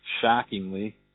shockingly